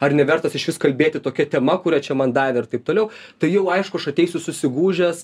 ar nevertas išvis kalbėti tokia tema kurią čia man davė ir taip toliau tai jau aišku aš ateisiu susigūžęs